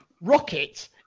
Rocket